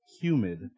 humid